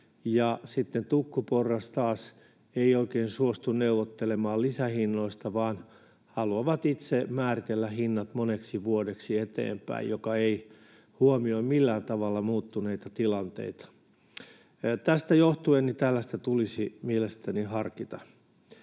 tukkuporras taas ei oikein suostu neuvottelemaan lisähinnoista, vaan he haluavat itse määritellä hinnat moneksi vuodeksi eteenpäin, mikä ei huomioi millään tavalla muuttuneita tilanteita. Tästä johtuen tällaista tulisi mielestäni harkita.